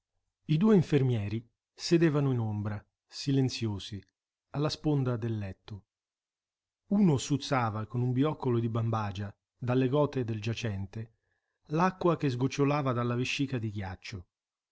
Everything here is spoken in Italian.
i due infermieri sedevano in ombra silenziosi alla sponda del letto uno suzzava con un bioccolo di bambagia dalle gote del giacente l'acqua che sgocciolava dalla vescica di ghiaccio